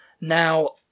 Now